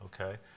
Okay